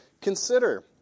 consider